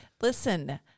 Listen